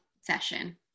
session